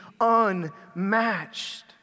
unmatched